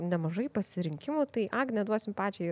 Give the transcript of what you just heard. nemažai pasirinkimų tai agne duosim pačiai